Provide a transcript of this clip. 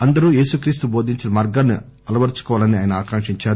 అందరు యేసుక్రీస్తు బోధించిన మార్గాన్ని అలవరచుకోవాలని ఆయన ఆకాంక్షించారు